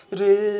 re